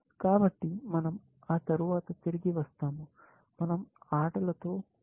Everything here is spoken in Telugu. కాబట్టి మన০ ఆ తర్వాత తిరిగి వస్తాము మన০ ఆటలతో ముగించాము